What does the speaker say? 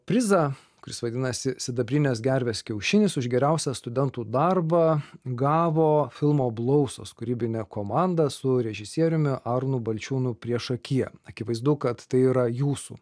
prizą kuris vadinasi sidabrinės gervės kiaušinis už geriausią studentų darbą gavo filmo blausos kūrybinė komanda su režisieriumi arūnu balčiūnu priešakyje akivaizdu kad tai yra jūsų